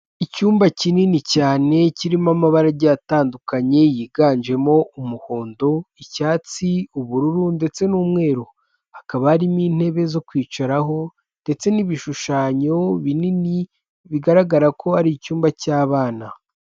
Icyumba kinini cyane kirimo amabara agiye atandukanye yiganjemo umuhondo, icyatsi, ubururu ndetse n'umweru hakaba hari n'intebe zo kwicaraho ndetse n'ibishushanyo binini bigaragara ko ari icyumba cy'abana.